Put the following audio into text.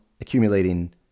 accumulating